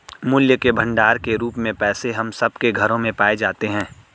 मूल्य के भंडार के रूप में पैसे हम सब के घरों में पाए जाते हैं